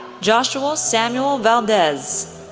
joshua samuel valdez,